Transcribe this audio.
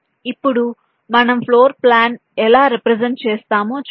ఇప్పుడు మనం ఫ్లోర్ ప్లాన్ను ఎలా రెప్రెసెంట్ చేస్తామో చూద్దాం